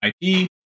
IP